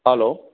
hello